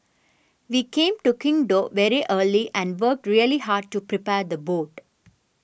we came to Qingdao very early and worked really hard to prepare the boat